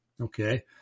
okay